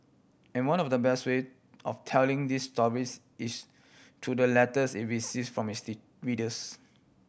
and one of the best way of telling these stories is through the letters it from its readers